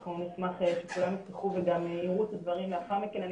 אנחנו נשמח שכולם יפתחו וגם יראו את הדברים לאחר מכן.